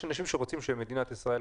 יש אנשים שרוצים שמדינת ישראל,